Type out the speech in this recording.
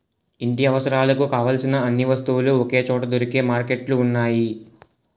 ఇంటి అవసరాలకు కావలసిన అన్ని వస్తువులు ఒకే చోట దొరికే మార్కెట్లు ఉన్నాయి